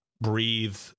breathe